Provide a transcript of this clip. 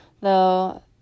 though